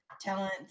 talent